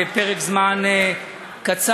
בפרק זמן קצר,